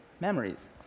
memories